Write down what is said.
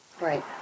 Right